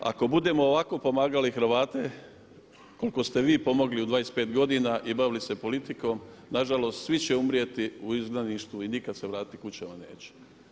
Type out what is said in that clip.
Ako budemo ovako pomagali Hrvate koliko ste vi pomogli u 25 godina i bavili se politikom, nažalost svi će umrijeti u izgnanstvu i nikada se vratiti kućama neće.